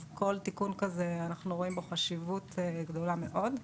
אנחנו רואים בכל תיקון כזה חשיבות גדולה מאוד.